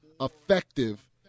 effective